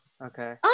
okay